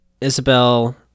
Isabel